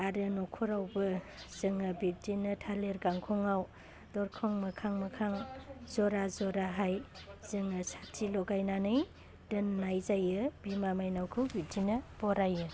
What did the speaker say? आरो न'खरावबो जोङो बिब्दिनो थालिर गांखङाव दरखं मोखां मोखां जरा जराहाय जोङो साथि लगायनानै दोन्नाय जायो बिमा मायनावखौ बिबदिनो बरायो